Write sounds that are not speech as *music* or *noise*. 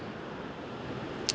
*noise*